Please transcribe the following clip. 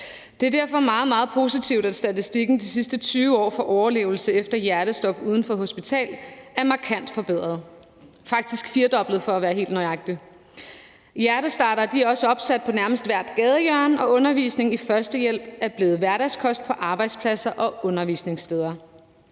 Det er derfor meget, meget positivt, at statistikken for overlevelse efter hjertestop uden for hospital er markant forbedret de sidste 20 år – faktisk firedoblet, for at være helt nøjagtig. Hjertestartere er også opsat på nærmest hvert gadehjørne, og undervisningen i førstehjælp er blevet hverdagskost på arbejdspladser og undervisningssteder,